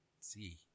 see